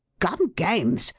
gum games!